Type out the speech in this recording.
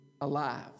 alive